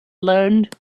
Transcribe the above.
learned